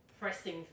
pressing